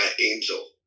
angel